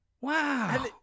Wow